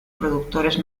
productores